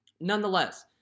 Nonetheless